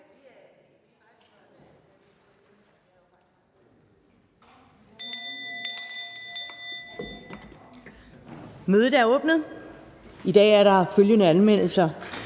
Mødet er åbnet. I dag er der følgende anmeldelser: